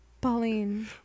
Pauline